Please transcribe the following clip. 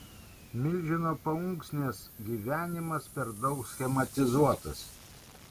milžino paunksmės gyvenimas per daug schematizuotas